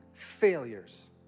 failures